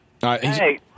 Hey